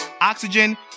Oxygen